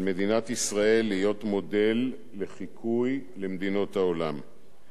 על מדינת ישראל להיות מודל חיקוי למדינות העולם.